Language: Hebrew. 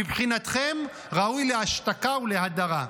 מבחינתכם ראוי להשתקה ולהדרה.